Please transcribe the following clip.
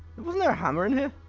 wasn't there a hammer in here?